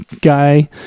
guy